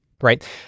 right